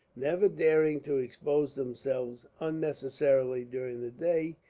never daring to expose themselves unnecessarily during the day,